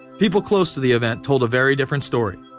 people close to the event told a very different story.